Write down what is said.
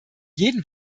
jeden